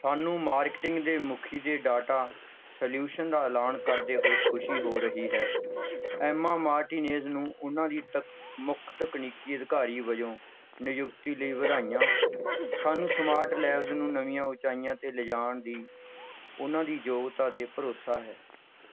ਸਾਨੂੰ ਮਾਰਕੀਟਿੰਗ ਦੇ ਮੁਖੀ ਅਤੇ ਡਾਟਾ ਸਲਿਊਸ਼ਨ ਦਾ ਐਲਾਨ ਕਰਦੇ ਹੋਏ ਖੁਸ਼ੀ ਹੋ ਰਹੀ ਹੈ ਐਮਾ ਮਾਰਟੀਨੇਜ਼ ਨੂੰ ਉਹਨਾਂ ਦੀ ਤਕ ਮੁੱਖ ਤਕਨੀਕੀ ਅਧਿਕਾਰੀ ਵਜੋਂ ਨਿਯੁਕਤੀ ਲਈ ਵਧਾਈਆਂ ਸਾਨੂੰ ਸਮਾਰਟ ਲੈਬਜ਼ ਨੂੰ ਨਵੀਆਂ ਉਚਾਈਆਂ 'ਤੇ ਲਿਜਾਣ ਦੀ ਉਨ੍ਹਾਂ ਦੀ ਯੋਗਤਾ 'ਤੇ ਭਰੋਸਾ ਹੈ